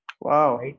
wow